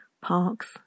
parks